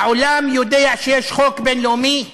העולם יודע שיש חוק בין-לאומי,